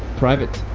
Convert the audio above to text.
private.